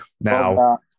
Now